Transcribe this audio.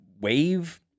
wave